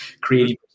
creating